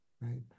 right